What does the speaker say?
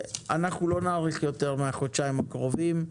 אנחנו לא נאריך יותר מהחודשיים הקרובים.